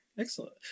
Excellent